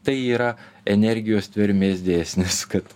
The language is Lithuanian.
tai yra energijos tvermės dėsnis kad